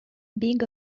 big